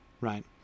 right